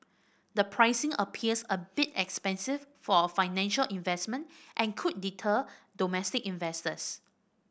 the pricing appears a bit expensive for a financial investment and could deter domestic investors